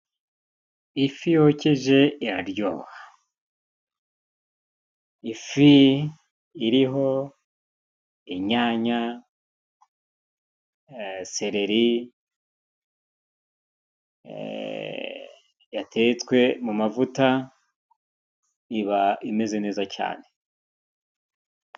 Ifi yokeje iraryoha. Ifi iriho inyanya, sereri, yatetswe mu amavuta, iba imeze neza cyane.